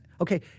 Okay